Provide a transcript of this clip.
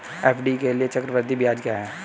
FD के लिए चक्रवृद्धि ब्याज क्या है?